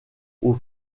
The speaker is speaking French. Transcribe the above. aux